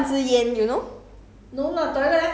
he smoke break maybe err